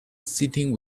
sitting